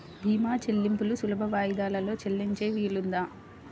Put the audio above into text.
భీమా చెల్లింపులు సులభ వాయిదాలలో చెల్లించే వీలుందా?